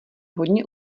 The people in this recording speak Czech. hodně